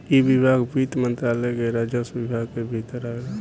इ विभाग वित्त मंत्रालय के राजस्व विभाग के भीतर आवेला